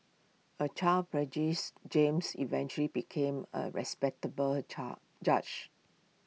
A child James eventually became A respectable judge